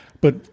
But-